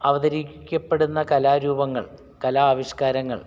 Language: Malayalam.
അവതരിക്കപ്പെടുന്ന കലാരൂപങ്ങൾ കലാ ആവിഷ്കാരങ്ങൾ